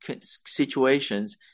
situations